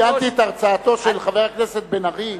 ציינתי את הרצאתו של חבר הכנסת בן-ארי,